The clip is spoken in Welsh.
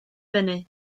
fyny